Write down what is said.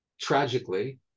tragically